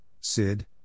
Sid